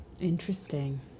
Interesting